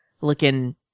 looking